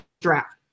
draft